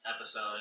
episode